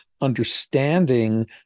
understanding